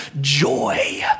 joy